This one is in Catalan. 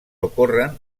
ocorren